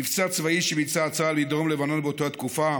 מבצע צבאי שביצע צה"ל בדרום לבנון באותה תקופה.